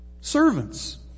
Servants